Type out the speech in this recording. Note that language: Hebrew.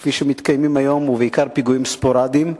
כפי שמתקיימים היום, ובעיקר פיגועים ספוראדיים,